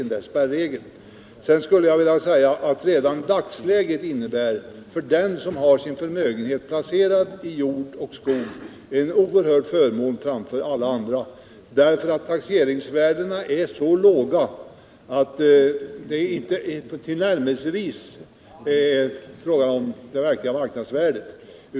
Vidare vill jag säga att redan dagsläget innebär att den som har sin förmögenhet placerad i jord och skog har en oerhörd förmån framför alla andra. Taxeringsvärdena är nämligen så låga att de inte ens till Nr 56 närmelsevis når upp till de verkliga marknadsvärdena.